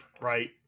Right